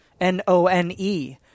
N-O-N-E